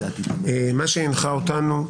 מה שהנחה אותנו,